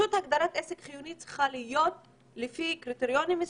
הגדרת עסק חיוני צריכה להיות לפי קריטריונים,